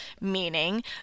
meaning